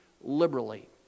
liberally